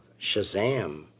Shazam